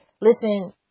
listen